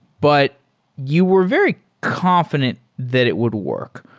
but you were very confident that it would work.